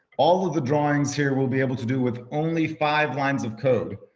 all of the drawings here we'll be able to do with only five lines of code.